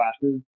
classes